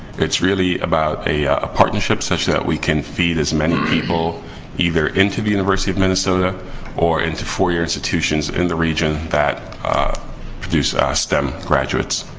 it's really about a partnership such that we can feed as many people either into the university of minnesota or into four year institutions in the region that produce ah stem graduates.